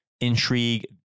intrigue